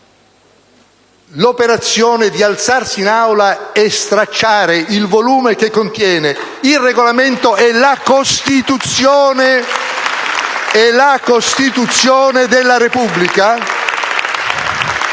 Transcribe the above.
l'operazione di alzarsi in Aula e stracciare il volume che contiene il Regolamento e la Costituzione *(Applausi